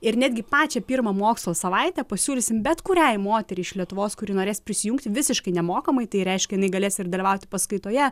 ir netgi pačią pirmą mokslo savaitę pasiūlysim bet kuriai moteriai iš lietuvos kuri norės prisijungti visiškai nemokamai tai reiškia jinai galės ir dalyvauti paskaitoje